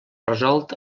resolt